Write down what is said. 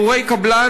מורי קבלן,